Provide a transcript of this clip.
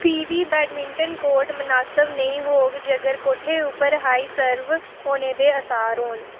फ्ही बी badminton court मनासब नेईं होग जेकर कोठे उप्पर हाई सर्व होने दे असार होन